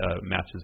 matches